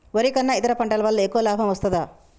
వరి కన్నా ఇతర పంటల వల్ల ఎక్కువ లాభం వస్తదా?